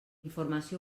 informació